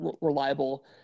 reliable